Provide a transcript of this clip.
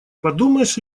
подумаешь